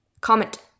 comment